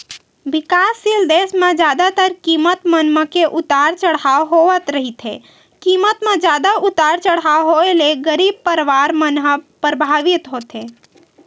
बिकाससील देस म जादातर कीमत मन म के उतार चड़हाव होवत रहिथे कीमत म जादा उतार चड़हाव होय ले गरीब परवार मन ह परभावित होथे